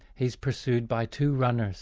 he's pursued by two runners